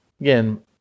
Again